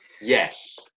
Yes